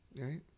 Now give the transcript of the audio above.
Right